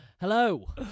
Hello